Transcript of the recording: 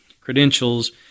credentials